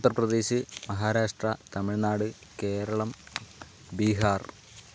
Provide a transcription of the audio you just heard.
Uttar Pradesh Maharashtra Tamil Nadu Keralam Bihar